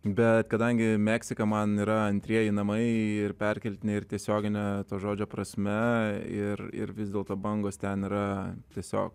bet kadangi meksika man yra antrieji namai ir perkeltine ir tiesiogine to žodžio prasme ir ir vis dėlto bangos ten yra tiesiog